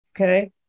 Okay